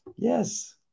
Yes